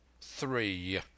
Three